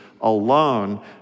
alone